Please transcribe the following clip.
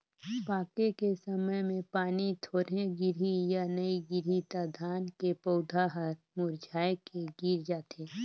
पाके के समय मे पानी थोरहे गिरही य नइ गिरही त धान के पउधा हर मुरझाए के गिर जाथे